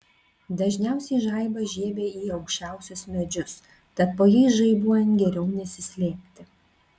dažniausiai žaibas žiebia į aukščiausius medžius tad po jais žaibuojant geriau nesislėpti